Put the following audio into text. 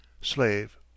Slave